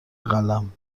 قلم